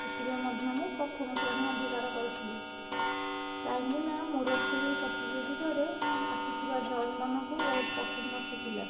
ସେଥିରେ ମଧ୍ୟ ମୁଁ ପ୍ରଥମ ଶ୍ରେଣୀ ଅଧିକାର କରିଥିଲି କାହିଁକି ନା ମୋ ରୋଷେଇ ପ୍ରତିଯୋଗିତାରେ ଆସିଥିବା ଜଜ୍ ମାନଙ୍କୁ ବହୁତ ପସନ୍ଦ ଆସିଥିଲା